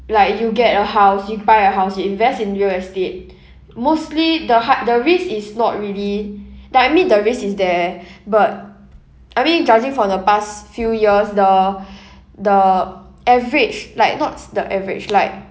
like you get a house you buy a house you invest in real estate mostly the hi~ the risk is not really that I mean the risk is there but I mean judging from the past few years the the average like nots the average like